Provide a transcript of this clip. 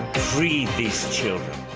free these children!